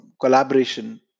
collaboration